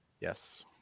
Yes